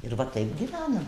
ir va taip gyvenam